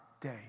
day